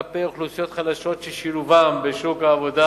כלפי אוכלוסיות חלשות ששילובן בשוק העבודה